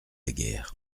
guerre